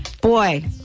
Boy